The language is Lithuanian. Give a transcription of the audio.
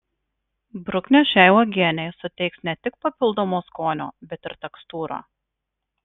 bruknės šiai uogienei suteiks ne tik papildomo skonio bet ir tekstūrą